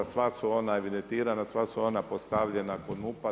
Sva su ona evidentirana, sva su ona postavljena kod MUP-a.